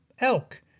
elk